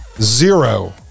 Zero